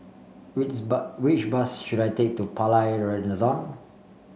which which bus should I take to Palais